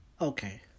Okay